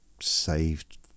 saved